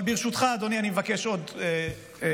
ברשותך, אדוני, אני מבקש עוד דקה.